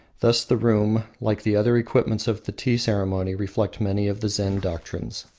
thus the room, like the other equipments of the tea-ceremony, reflects many of the zen doctrines.